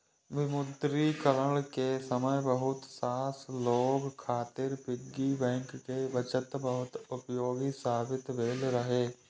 विमुद्रीकरण के समय बहुत रास लोग खातिर पिग्गी बैंक के बचत बहुत उपयोगी साबित भेल रहै